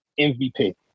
MVP